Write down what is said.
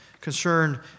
concerned